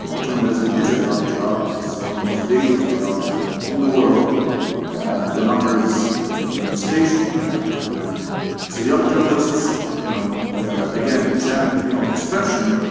ah journalism is a tough job. it's one of the most dangerous jobs in the world and the numbers is a manifestation to that. mf um so young journalists, you know again to champion freedom of expression,